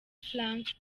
frank